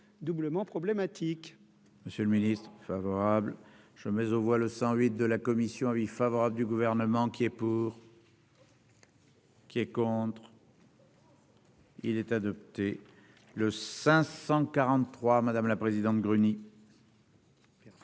doublement problématique. Monsieur le Ministre favorable je mais on voit le 108 de la commission avis favorable du gouvernement qui est pour. Qui est contre. Il est adopté, le 543 madame la présidente Gruny. Personne.